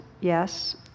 Yes